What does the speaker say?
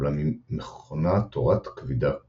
אולם היא מכונה תורת כבידה קוונטית.